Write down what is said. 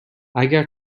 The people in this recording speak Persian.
اگر